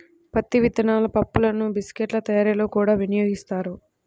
పత్తి విత్తనాల పప్పులను బిస్కెట్ల తయారీలో కూడా వినియోగిస్తారు